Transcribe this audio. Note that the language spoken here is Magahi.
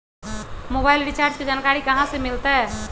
मोबाइल रिचार्ज के जानकारी कहा से मिलतै?